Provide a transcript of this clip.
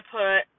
put